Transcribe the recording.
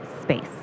space